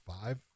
five